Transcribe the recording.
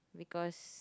because